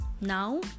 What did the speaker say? now